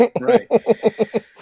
right